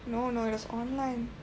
no no it was online